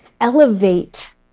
elevate